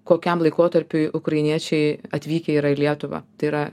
kokiam laikotarpiui ukrainiečiai atvykę yra į lietuvą tai yra